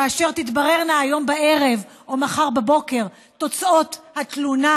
כאשר תתבררנה היום בערב או מחר בבוקר תוצאות התלונה,